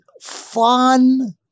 fun